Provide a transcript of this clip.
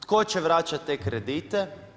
Tko će vraćat te kredite?